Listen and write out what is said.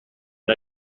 per